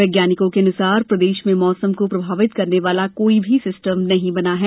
वैज्ञानिकों के अनुसार प्रदेश में मौसम को प्रभावित करने वाला कोई भी सिस्टम नही बना है